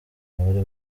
bari